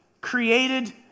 created